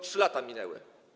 3 lata minęły.